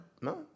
no